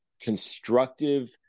constructive